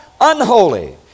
unholy